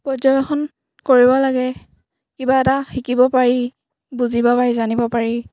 পৰ্যবেক্ষণ কৰিব লাগে কিবা এটা শিকিব পাৰি বুজিব পাৰি জানিব পাৰি